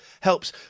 helps